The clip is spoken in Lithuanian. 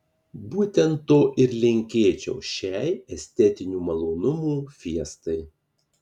būtent to ir linkėčiau šiai estetinių malonumų fiestai